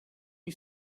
you